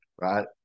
Right